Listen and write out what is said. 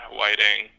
Whiting